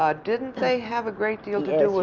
ah didn't they have a great deal to